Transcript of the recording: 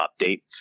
update